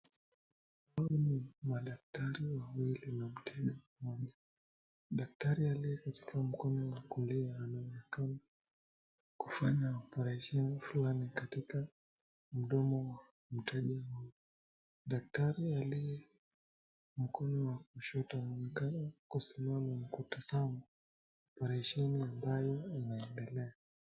Hawa ni madaktari wawili na mteja mmoja. Daktari aliye katika mkono wa kulia anaonekana kufanya operesheni fulani katika mdomo wa mteja huyo. Daktari aliye mkono wa kushoto anaonekana kusimama na kutazama operesheni ambayo inaendelea.